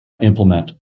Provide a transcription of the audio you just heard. implement